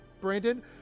brandon